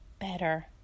better